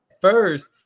first